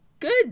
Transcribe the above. good